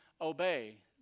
obey